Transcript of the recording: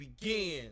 begin